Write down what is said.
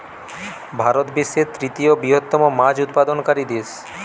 ভারত বিশ্বের তৃতীয় বৃহত্তম মাছ উৎপাদনকারী দেশ